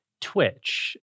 Twitch